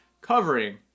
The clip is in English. covering